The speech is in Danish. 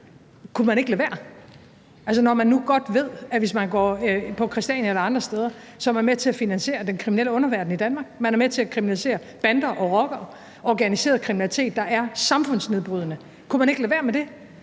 Kunne man ikke lade være? Altså, når man nu godt ved, at hvis man går på Christiania eller andre steder, er man med til at finansiere den kriminelle underverden i Danmark, er man med til at understøtte bander og rockere, organiseret kriminalitet, der er samfundsnedbrydende, kunne man så ikke lade være med det?